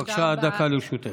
בבקשה, דקה לרשותך.